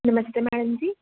नमस्ते madam जी